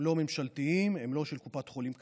הם לא ממשלתיים, הם לא של קופת חולים כללית,